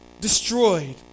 destroyed